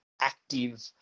active